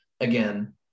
again